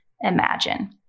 imagine